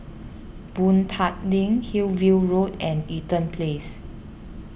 Boon Tat Link Hillview Road and Eaton Place